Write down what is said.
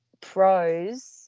pros